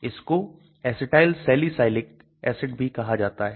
इसको acetyl salicylic acid भी कहा जाता है